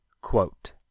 Quote